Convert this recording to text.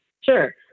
Sure